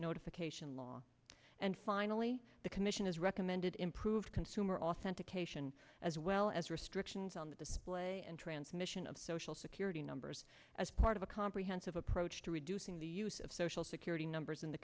notification law and finally the commission has recommended improved consumer authentication as well as restrictions on the display and transmission of social security numbers as part of a comprehensive approach to reducing the use of social security numbers in the